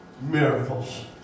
miracles